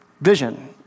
vision